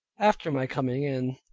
after my coming in,